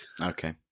Okay